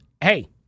hey